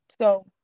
So-